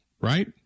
right